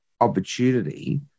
opportunity